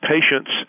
patients